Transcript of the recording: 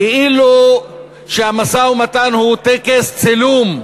כאילו המשא-ומתן הוא טקס צילום,